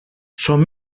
som